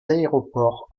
aéroports